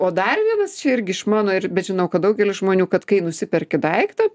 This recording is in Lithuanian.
o dar vienas čia irgi iš mano ir bet žinau kad daugelis žmonių kad kai nusiperki daiktą